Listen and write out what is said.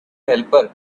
helper